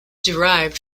derived